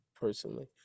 personally